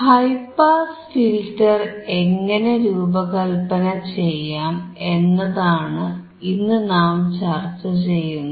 high pass filter എങ്ങനെ രൂപകല്പന ചെയ്യാം എന്നതാണ് ഇന്നു നാം ചർച്ചചെയ്യുന്നത്